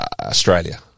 Australia